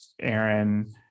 Aaron